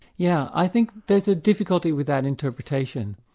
yeah i think there's a difficulty with that interpretation.